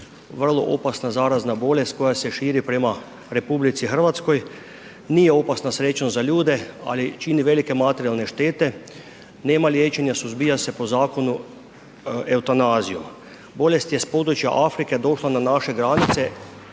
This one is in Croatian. vrlo opasna zarazna bolest koja se širi prema RH, nije opasna srećom za ljude, ali čini velike materijalne štete, nema liječenja, suzbija se po zakonu eutanazijom. Bolest je s područja Afrike došla na naše granice,